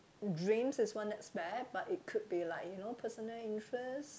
dreams is one aspect but it could be like you know personal interest